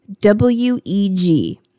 W-E-G